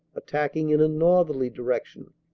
attacking in a northerly direction